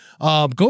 Go